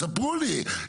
תספרו לי,